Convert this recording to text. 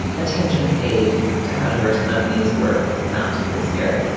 attention paid to how diverse the nominees were not this year.